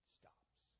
stops